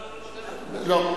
לא.